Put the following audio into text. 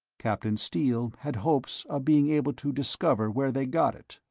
captain steele had hopes of being able to discover where they got it.